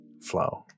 flow